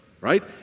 right